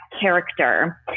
character